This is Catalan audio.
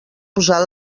posar